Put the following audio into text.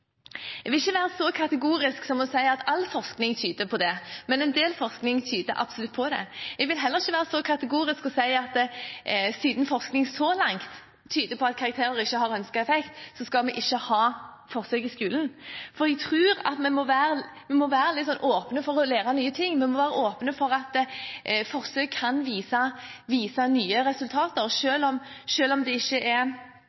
Jeg vil ikke være så kategorisk som å si at all forskning tyder på det, men en del forskning tyder absolutt på det. Jeg vil heller ikke være så kategorisk som å si at siden forskning så langt tyder på at karakterer ikke har ønsket effekt, skal vi ikke ha forsøk i skolen. Jeg tror at vi må være litt åpne for å lære nye ting. Vi må være åpne for at forsøk kan vise nye resultater,